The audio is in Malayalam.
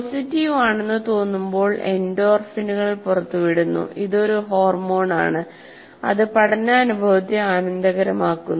പോസിറ്റീവ് ആണെന്ന് തോന്നുമ്പോൾ എൻഡോർഫിനുകൾ പുറത്തുവിടുന്നു ഇത് ഒരു ഹോർമോണാണ് അത് പഠനാനുഭവത്തെ ആനന്ദകരമാക്കുന്നു